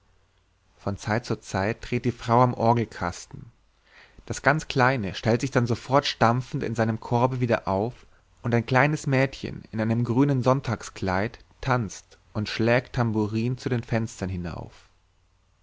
von zeit zu zeit dreht die frau am orgelkasten das ganz kleine stellt sich dann sofort stampfend in seinem korbe wieder auf und ein kleines mädchen in einem grünen sonntagskleid tanzt und schlägt tamburin zu den fenstern hinauf